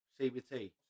CBT